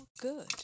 Good